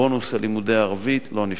הבונוס ללימודי ערבית לא נפגע.